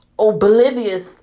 oblivious